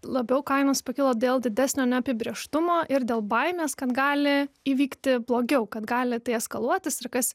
labiau kainos pakilo dėl didesnio neapibrėžtumo ir dėl baimės kad gali įvykti blogiau kad gali tai eskaluotis ir kas